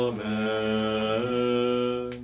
Amen